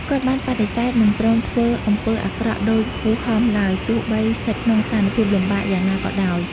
គាត់បានបដិសេធមិនព្រមធ្វើអំពើអាក្រក់ដូចពូហំឡើយ ទោះបីស្ថិតក្នុងស្ថានភាពលំបាកយ៉ាងណាក៏ដោយ។